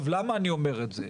למה אני אומר את זה?